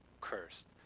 cursed